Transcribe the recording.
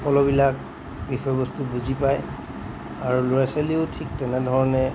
সকলোবিলাক বিষয়বস্তু বুজি পায় আৰু ল'ৰা ছোৱালীও ঠিক তেনেধৰণে